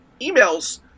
emails